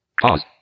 Pause